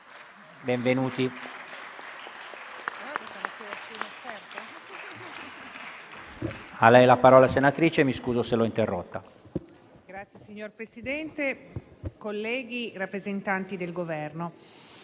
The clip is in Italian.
Signor Presidente, colleghi, rappresentanti del Governo,